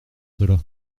cela